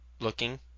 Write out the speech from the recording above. looking